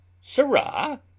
sirrah